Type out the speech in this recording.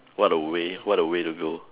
what a way what a way to go